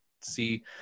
see